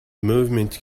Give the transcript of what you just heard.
movement